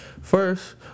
First